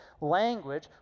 language